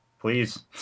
Please